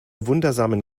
wundersamen